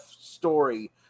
story